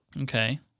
Okay